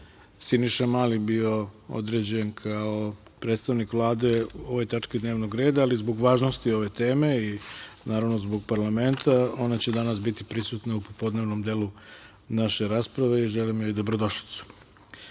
Siniša Mali bio određen kao predstavnik Vlade u ovoj tački dnevnog reda, ali zbog važnosti ove teme i naravno zbog parlamenta, ona će danas biti prisutna u popodnevnom delu naše rasprave i želim joj dobrodošlicu. Idemo